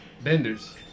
Bender's